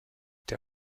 der